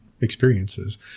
Experiences